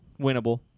winnable